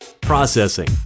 Processing